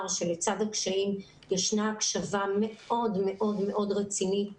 שלצד הקשיים יש הקשבה מאוד מאוד רצינית לכולם.